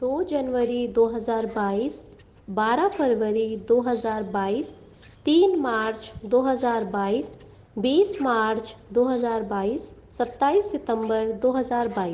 दो जनवरी दो हज़ार बाईस बारह फरवरी दो हज़ार बाईस तीन मार्च दो हज़ार बाईस बीस मार्च दो हज़ार बाईस सत्ताईस सितम्बर दो हज़ार बाईस